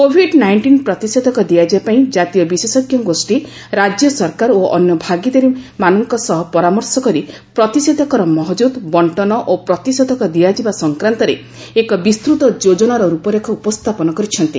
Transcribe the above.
Covid nineteen ପ୍ରତିଷେଧକ ଦିଆଯିବା ପାଇଁ ଜାତୀୟ ବିଶେଷଜ୍ଞ ଗୋଷ୍ଠୀ ରାଜ୍ୟ ସରକାର ଓ ଅନ୍ୟ ଭାଗିଦାରମାନଙ୍କ ସହ ପରାମର୍ଶ କରି ପ୍ରତିଷେଧକର ମହଜୁଦ ବର୍ଷନ ଓ ପ୍ରତିଷେଧକ ଦିଆଯିବା ସଂକ୍ରାନ୍ତରେ ଏକ ବିସ୍ତୃତ ଯୋକ୍ତନାର ରୂପ ରେଖ ଉପସ୍ଥାପନ କରିଛନ୍ତି